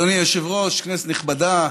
אדוני היושב-ראש, כנסת נכבדה,